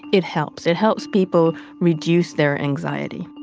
it helps. it helps people reduce their anxiety